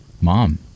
mom